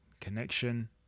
connection